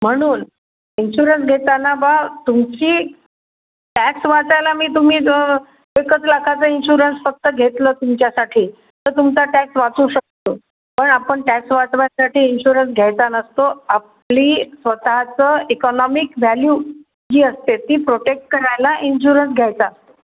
म्हणून इन्शुरन्स घेताना बा तुमची टॅक्स वाचायला मी तुम्ही जर एकच लाखाचा इन्शुरन्स फक्त घेतलं तुमच्यासाठी तर तुमचा टॅक्स वाचू शकतो पण आपण टॅक्स वाचवायसाठी इन्शुरन्स घ्यायचा नसतो आपली स्वतःचं इकॉनॉमिक व्हॅल्यू जी असते ती प्रोटेक्ट करायला इन्शुरन्स घ्यायचा असतो